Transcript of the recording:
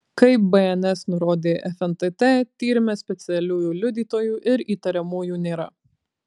kaip bns nurodė fntt tyrime specialiųjų liudytojų ir įtariamųjų nėra